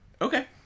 Okay